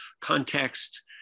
context